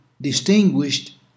distinguished